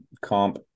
comp